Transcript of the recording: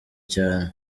cyane